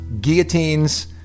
guillotines